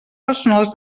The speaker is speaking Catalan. personals